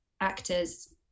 actors